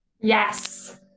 Yes